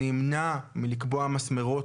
אני נמנע מלקבוע מסמרות,